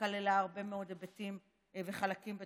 שכללה הרבה מאוד היבטים וחלקים בתוכה.